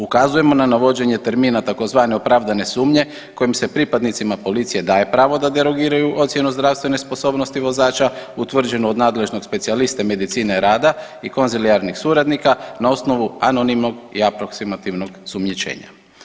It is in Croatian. Ukazujemo na navođenje termina tzv. opravdane sumnje kojim se pripadnicima policije daje pravo da derogiraju ocjenu zdravstvene sposobnosti vozača utvrđenu od nadležnog specijaliste medicine rada i konzilijarnih suradnika na osnovu anonimnog i aproksimativnog sumnjičenja.